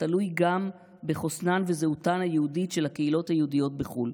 תלוי גם בחוסנן וזהותן היהודית של הקהילות היהודיות בחו"ל.